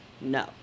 No